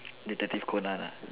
detective Conan ah